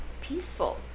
peaceful